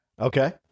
Okay